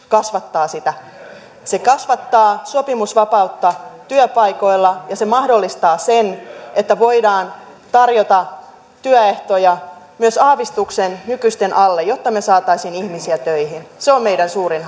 kasvattaa sitä se kasvattaa sopimusvapautta työpaikoilla ja se mahdollistaa sen että voidaan tarjota työehtoja myös aavistuksen nykyisten alle jotta me saisimme ihmisiä töihin se on meidän suurin